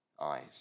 eyes